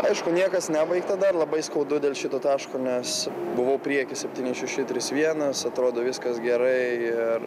aišku niekas nebaigta dar labai skaudu dėl šito taško nes buvau priekyje septyni šeši trys vienas atrodo viskas gerai ir